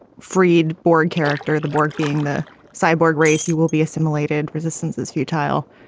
freed board character, the borg being the cyborg race. you will be assimilated. resistance is futile.